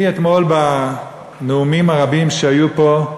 אני, אתמול, בנאומים הרבים שהיו פה,